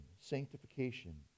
sanctification